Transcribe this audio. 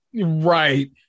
Right